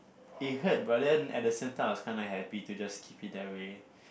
it hurt but then at the same time I was kinda happy to just keep it that way